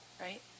right